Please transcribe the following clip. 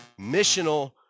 missional